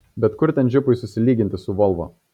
bet kur ten džipui susilyginti su volvo